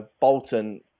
Bolton